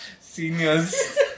seniors